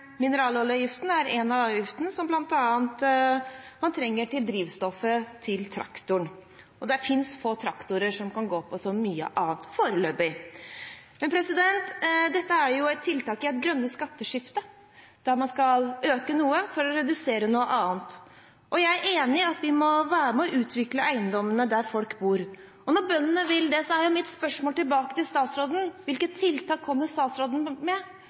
Mineraloljeavgiften er en avgift på noe som man bl.a. trenger som drivstoff til traktoren, og det finnes få traktorer som kan gå på så mye annet foreløpig. Dette er et tiltak i det grønne skatteskiftet, der man skal øke noe for å redusere noe annet. Jeg er enig i at vi må være med og utvikle eiendommene der folk bor, og når bøndene vil det, er mitt spørsmål til statsråden: Hvilke tiltak kommer statsråden med